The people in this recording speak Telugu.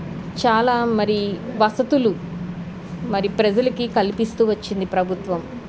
చాలా మరి వసతులు మరి ప్రజలకి కల్పిస్తూ వచ్చింది ప్రభుత్వం